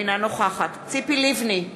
אינה נוכחת ציפי לבני,